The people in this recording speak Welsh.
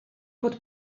bod